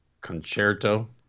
concerto